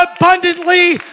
abundantly